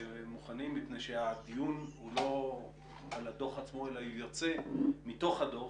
מפני שהדיון הוא לא על הדוח עצמו אלא הוא יוצא מתוך הדוח